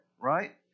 right